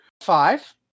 Five